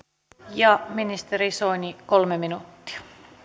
ja ministeri soini kolme minuuttia